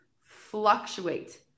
fluctuate